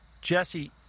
Jesse